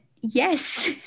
yes